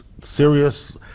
serious